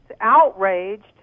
outraged